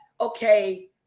okay